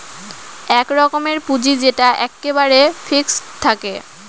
এক রকমের পুঁজি যেটা এক্কেবারে ফিক্সড থাকে